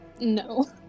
No